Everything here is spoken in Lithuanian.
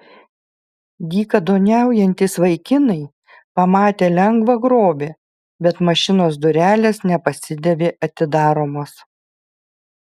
dykaduoniaujantys vaikinai pamatė lengvą grobį bet mašinos durelės nepasidavė atidaromos